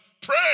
Pray